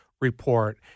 report